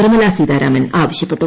നിർമ്മലാ സീതാരാമൻ ആവശ്യപ്പെട്ടു